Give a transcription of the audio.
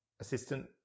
Assistant